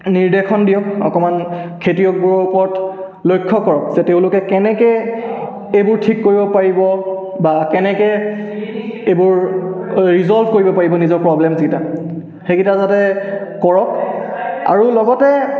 নিৰ্দেশন দিয়ক অকণমান খেতিয়কবোৰৰ ওপৰত লক্ষ্য কৰক যে তেওঁলোকে কেনেকৈ এইবোৰ ঠিক কৰিব পাৰিব বা কেনেকৈ এইবোৰ ৰিজল্ভ কৰিব পাৰিব নিজৰ প্ৰব্লেমছকেইটা সেইকেইটা যাতে কৰক আৰু লগতে